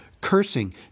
cursing